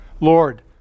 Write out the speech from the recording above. Lord